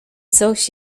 coś